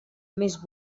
més